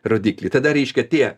rodiklį tada reiškia tie